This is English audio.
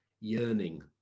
yearning